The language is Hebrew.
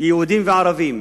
יהודים וערבים,